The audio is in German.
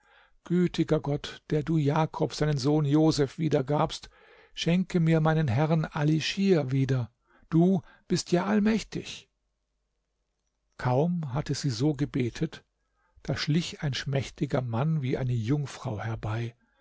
gütiger gott der du jakob seinen sohn joseph wiedergabst schenke mir meinen herrn ali schir wieder du bist ja allmächtig kaum hatte sie so gebetet da schlich ein schmächtiger mann wie eine jungfrau herbei